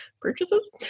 purchases